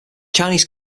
chinese